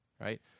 right